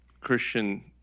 Christian